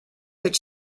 but